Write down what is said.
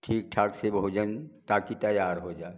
ठीक ठाक से भोजन ताकि तैयार हो जाए